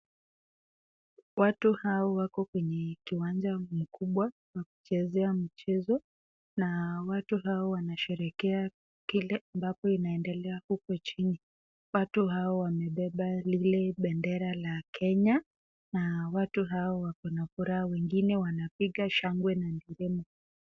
Watu hawa wako kwenye kiwanja mkubwa wa kuchezea mchezo na watu hao wanasherehekea kile ambapo inaendelea huko chini. Watu hao wamebeba lile bendera la Kenya na watu hao wako na furaha. Wengine wanapiga shangwe na nderemo.